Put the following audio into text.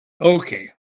Okay